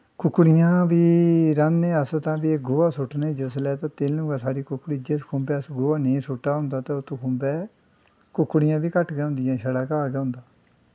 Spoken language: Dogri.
कुक्ड़ियां बी रहानें तां अस गोहा सु'ट्टने जिसलै ते तैल्लूं गै साढ़ी कुकड़ी जिस खुम्बै गोहा नेईं सु'ट्टे दा होंदा तां उत्त खुम्बै कुकड़ियां बी घट्ट गै होंदियां छड़ा घाऽ गै होंदा